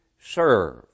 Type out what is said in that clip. serve